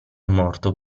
morto